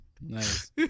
Nice